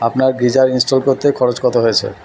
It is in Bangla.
আপনার গিজার ইনস্টল করতে খরচ কত হয়েছে